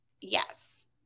yes